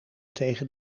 tegen